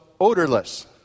odorless